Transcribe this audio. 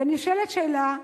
ונשאלת השאלה: